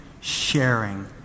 sharing